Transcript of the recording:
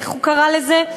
איך הוא קרא לזה,